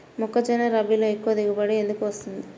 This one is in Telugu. మొక్కజొన్న రబీలో ఎక్కువ దిగుబడి ఎందుకు వస్తుంది?